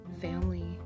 Family